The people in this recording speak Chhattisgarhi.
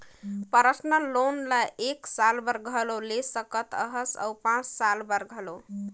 परसनल लोन ल एक साल बर घलो ले सकत हस अउ पाँच साल बर घलो